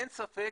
אין ספק,